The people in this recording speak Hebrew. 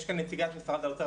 יש כאן נציגת משרד האוצר,